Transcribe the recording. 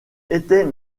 était